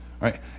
right